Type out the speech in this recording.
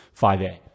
5A